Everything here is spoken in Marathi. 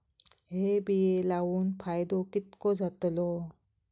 हे बिये लाऊन फायदो कितको जातलो?